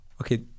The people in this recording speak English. Okay